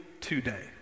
today